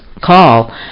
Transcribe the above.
call